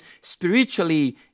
spiritually